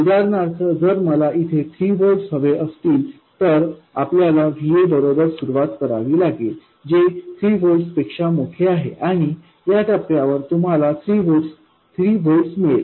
उदाहरणार्थ जर मला येथे 3 व्होल्ट्स हवे असतील तर आपल्याला Va बरोबर सुरुवात करावी लागेल जे 3 व्होल्टपेक्षा मोठे आहे आणि या टप्प्यावर तुम्हाला 3 व्होल्ट्स मिळेल